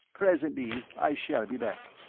presently, i shall be back.